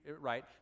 right